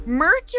Mercury